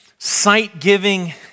Sight-giving